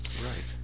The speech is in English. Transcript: Right